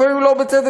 לפעמים לא בצדק,